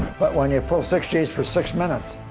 but when you pull six g's for six minutes,